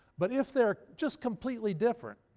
but if they're just completely different,